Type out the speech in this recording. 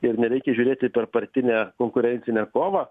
ir nereikia žiūrėti per partinę konkurencinę kovą